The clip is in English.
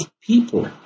people